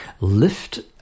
lift